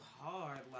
hard